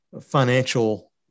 financial